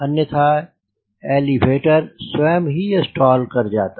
अन्यथा एलीवेटर स्वयं ही स्टॉल कर जाता